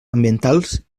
ambientals